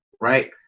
right